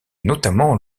notamment